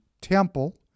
temple